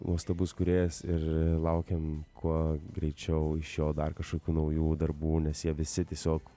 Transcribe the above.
nuostabus kūrėjas ir laukiam kuo greičiau iš jo dar kažkokių naujų darbų nes jie visi tiesiog